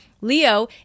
Leo